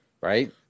Right